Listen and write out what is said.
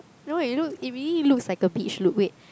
no it look it really looks like a beach look wait